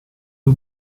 del